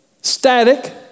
static